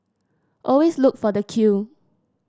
always look for the queue